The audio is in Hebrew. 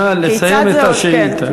נא לסיים את השאלה.